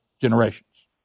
generations